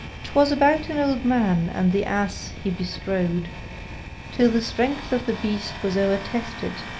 twas about an old man and the ass he bestrode till the strength of the beast was o'ertested